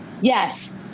yes